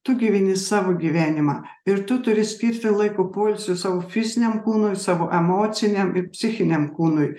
tu gyveni savo gyvenimą ir tu turi skirti laiko poilsiui savo fiziniam kūnui savo emociniam ir psichiniam kūnui